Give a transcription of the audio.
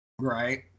Right